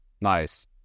Nice